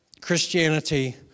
Christianity